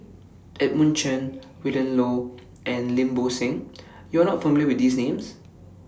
Edmund Chen Willin Low and Lim Bo Seng YOU Are not familiar with These Names